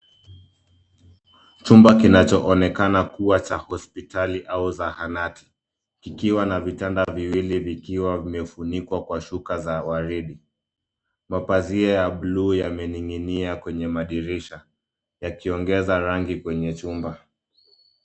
Chumba kinacho onekana kuwa cha hospitali au zahanati ,kikiwa na vitanda viwili vikiwa vimefunikwa kwa shuka za waridi. Mapazia ya bluu yameninginia kwenye madirisha yakiongeza rangi kwenye chumba.